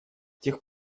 тех